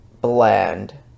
bland